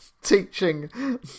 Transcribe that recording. teaching